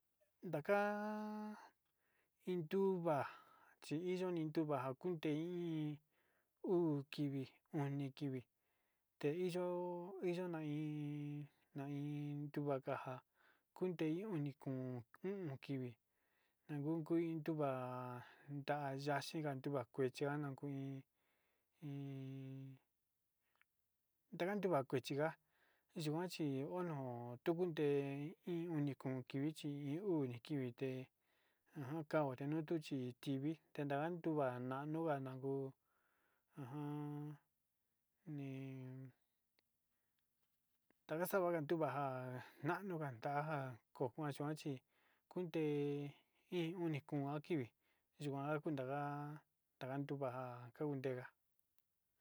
Ndaka iin tuba chini nuu va'a nakundei, uu kivi, oni kivi, teiyo iyoni na'a iin ndeiyo kuakaja kundei onikon o'on kivi nakuiti ndon unduu va'a, tanda xhinga kunde ya'a kuechiá ana kuiin iin ndadunga kuechi nga iyochin ono tuu, kunde iin oni kóo kivi chi iho oni kivi te ajan kava'a nuu tichiti vii tenan tunga na'a nanunga nguo han nin takaxangua manuva'a ha nanuu ngantaja kokuina chi kunde iin oni kon akivi yuan nandanga taganda naundehua.